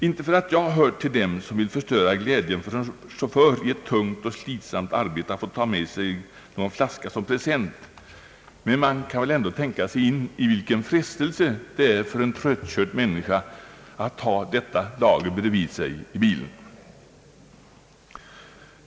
Inte för att jag hör till dem som vill förstöra glädjen för en chaufför i ett tungt och slitsamt arbete att få ta med sig någon flaska som present, men man kan väl ändå tänka sig vilken frestelse det är för en tröttkörd människa att ha ett sådant lager bredvid sig i bilen.